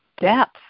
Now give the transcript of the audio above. depth